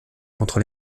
contre